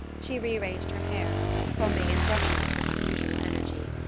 she rearranged her hair, combing and brushing it with unusual energy.